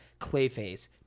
Clayface